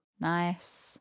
Nice